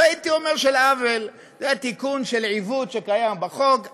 לא הייתי אומר של עוול אלא תיקון של עיוות שקיים בחוק,